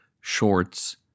shorts